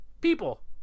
people